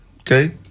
Okay